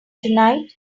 tonight